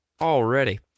already